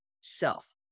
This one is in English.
self